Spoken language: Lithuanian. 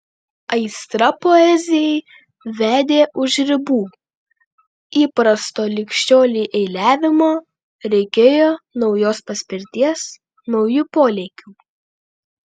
aistra poezijai vedė už ribų įprasto lig šiolei eiliavimo reikėjo naujos paspirties naujų polėkių